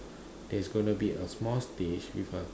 there's going to be a small space with a